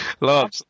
Love